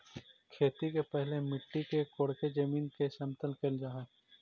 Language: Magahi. खेती के पहिले मिट्टी के कोड़के जमीन के समतल कैल जा हइ